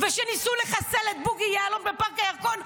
כשניסו לחסל את בוגי יעלון בפארק הירקון,